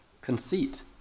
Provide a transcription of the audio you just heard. conceit